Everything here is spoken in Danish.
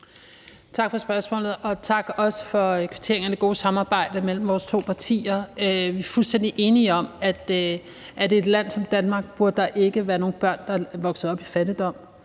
Tak for spørgsmålet, og også tak for kvitteringen og det gode samarbejde mellem vores to partier. Vi er fuldstændig enige om, at i et land som Danmark burde der ikke være nogen børn, der vokser op i fattigdom.